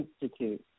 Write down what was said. Institute